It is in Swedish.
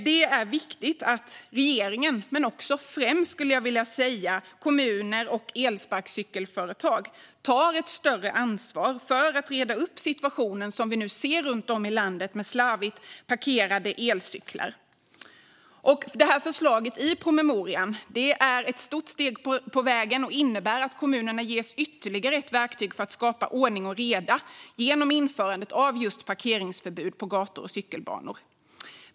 Det är viktigt att regeringen men främst kommuner och elsparkcykelföretag tar ett större ansvar för att reda upp situationen runt om i landet med slarvigt parkerade elsparkcyklar. Förslaget i promemorian är ett stort steg på vägen och innebär att kommunerna ges ytterligare ett verktyg för att skapa ordning och reda genom införandet av ett parkeringsförbud på gator och cykelbanor.